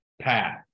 path